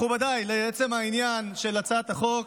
מכובדיי, לעצם העניין של הצעת החוק,